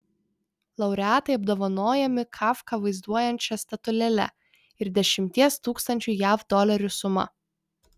laureatai apdovanojami kafką vaizduojančia statulėle ir dešimties tūkstančių jav dolerių suma